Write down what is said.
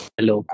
Hello